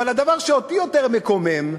אבל הדבר שאותי יותר מקומם: